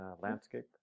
landscape